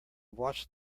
washed